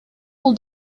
бул